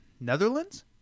Netherlands